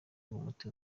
umuti